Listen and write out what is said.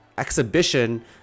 Exhibition